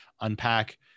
unpack